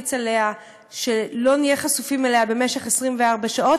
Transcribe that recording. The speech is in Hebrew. ממליץ שלא נהיה חשופים אליה במשך 24 שעות,